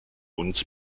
uns